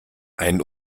ein